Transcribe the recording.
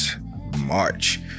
March